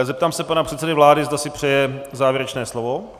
Zeptám se pana předsedy vlády, zda si přeje závěrečné slovo.